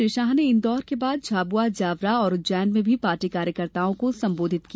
श्री शाह ने इंदौर के बाद झाबुआ जावरा और उज्जैन मे भी पार्टी कार्यकर्ताओं को संबोधित किया